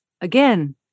again